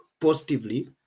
positively